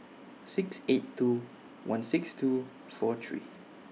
six eight two one six two four three